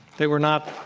they were not